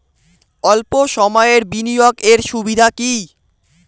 অল্প সময়ের বিনিয়োগ এর সুবিধা কি?